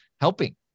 helping